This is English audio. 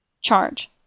Charge